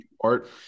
art